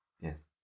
Yes